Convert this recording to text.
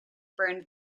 burned